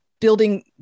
building